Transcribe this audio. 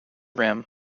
rim